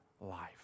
life